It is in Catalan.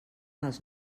dels